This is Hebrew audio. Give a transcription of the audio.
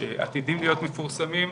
שעתידים להיות מפורסמים.